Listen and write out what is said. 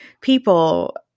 people